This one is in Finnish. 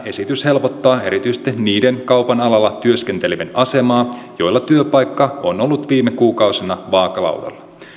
esitys helpottaa erityisesti niiden kaupan alalla työskentelevien asemaa joilla työpaikka on ollut viime kuukausina vaakalaudalla